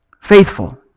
faithful